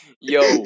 yo